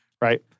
Right